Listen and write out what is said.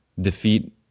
defeat